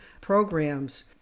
programs